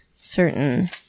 certain